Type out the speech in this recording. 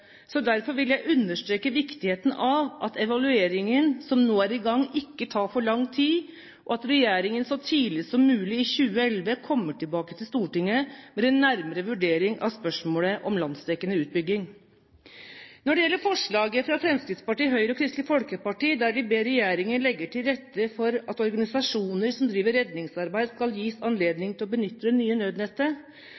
Derfor vil jeg understreke viktigheten av at evalueringen som nå er i gang, ikke tar for lang tid, og at regjeringen så tidlig som mulig i 2011 kommer tilbake til Stortinget med en nærmere vurdering av spørsmålet om landsdekkende utbygging. Når det gjelder forslaget fra Fremskrittspartiet, Høyre og Kristelig Folkeparti, der de ber regjeringen legge til rette for at organisasjoner som driver redningsarbeid, skal gis